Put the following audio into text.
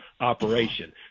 operation